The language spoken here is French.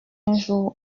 jour